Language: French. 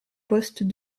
poste